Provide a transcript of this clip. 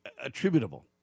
attributable